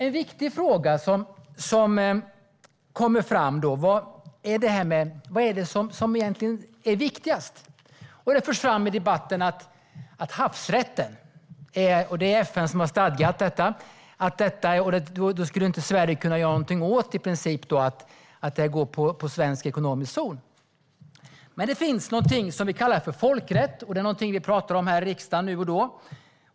En viktig fråga som kommer upp är vad som egentligen är viktigast. Det har förts fram i debatten att det är FN som har stadgat havsrätten och att Sverige då i princip inte skulle kunna göra någonting åt att gasledningen skulle gå genom svensk ekonomisk zon. Men det finns någonting som vi kallar folkrätt. Det talar vi om här i riksdagen då och då.